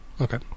Okay